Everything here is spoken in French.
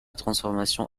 transformation